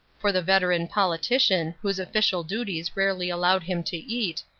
for the veteran politician, whose official duties rarely allowed him to eat,